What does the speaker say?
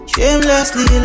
Shamelessly